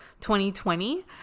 2020